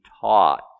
taught